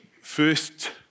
first